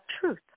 truth